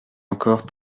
encore